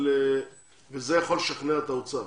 זה יכול לשכנע את האוצר.